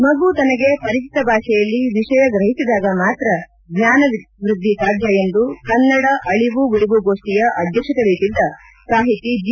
ಮಗು ತನಗೆ ಪರಿಚಿತ ಭಾಷೆಯಲ್ಲಿ ವಿಷಯ ಗ್ರಹಿಸಿದಾಗ ಮಾತ್ರ ಜ್ಞಾನವೃದ್ದಿ ಸಾಧ್ಯ ಎಂದು ಕನ್ನಡ ಅಳವು ಉಳವು ಗೋಷ್ಠಿಯ ಅಧ್ಯಕ್ಷತೆ ವಹಿಸಿದ್ದ ಸಾಹಿತಿ ಜೆ